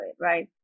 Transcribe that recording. right